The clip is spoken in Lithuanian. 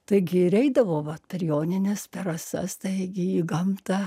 taigi ir eidavo vat per jonines per rasas taigi į gamtą